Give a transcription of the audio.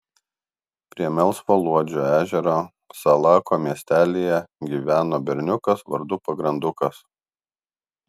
prie melsvojo luodžio ežero salako miestelyje gyveno berniukas vardu pagrandukas